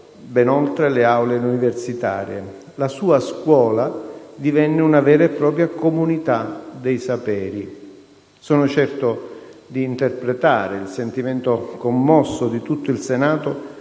ben oltre le aule universitarie. La sua scuola divenne una vera e propria comunità dei saperi. Sono certo di interpretare il sentimento commosso di tutto il Senato